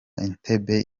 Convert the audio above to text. entebbe